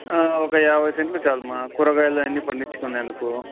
ఒక యాభై సెంట్లు చాలుమా కూరగాయలు అన్నీ పండించుకుందందుకు